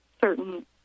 certain